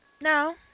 no